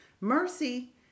Mercy